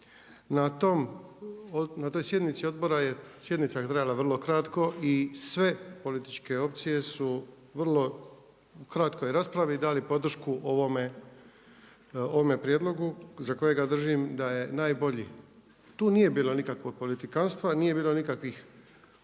Na toj sjednici Odbora, sjednica je trajala vrlo kratko i sve političke opcije su u vrlo kratkoj raspravi dali podršku ovome prijedlogu za kojega držim da je najbolji. Tu nije bilo nikakvog politikanstva, nije bilo nikakvih